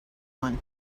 one